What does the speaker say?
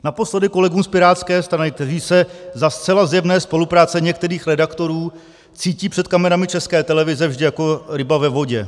Naposledy kolegům z pirátské strany, kteří se za zcela zjevné spolupráce některých redaktorů cítí před kamerami České televize vždy jako ryba ve vodě.